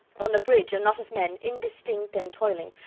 on the bridge a knot of men, indistinct and toiling,